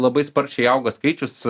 labai sparčiai auga skaičius